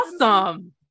awesome